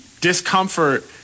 discomfort